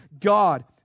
god